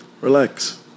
relax